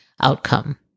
outcome